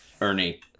Ernie